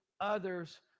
others